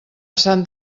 sant